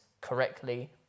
correctly